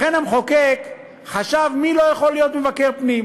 לכן המחוקק חשב מי לא יכול להיות מבקר פנים,